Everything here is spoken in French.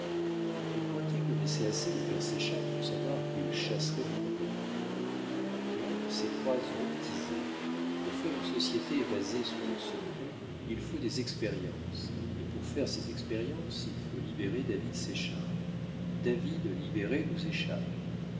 les cointet connaissaient assez le père séchard pour savoir qu'ils chasseraient de compagnie donc ces trois hommes disaient pour faire une société basée sur le secret il faut des expériences et pour faire ces expériences il faut libérer david séchard david libéré nous échappe